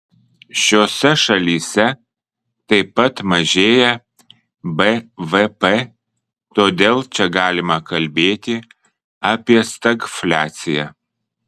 šiose šalyse taip pat mažėja bvp todėl čia galima kalbėti apie stagfliaciją